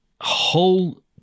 whole